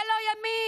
זה לא ימין.